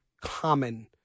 common